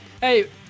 Hey